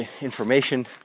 information